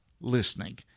listening